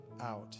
out